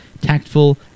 tactful